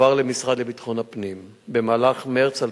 עבר למשרד לביטחון הפנים במהלך מרס 2011,